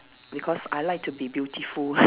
because I like to be beautiful